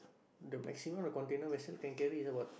the maximum the container vessel can carry about